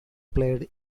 played